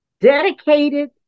dedicated